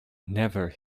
never